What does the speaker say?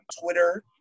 Twitter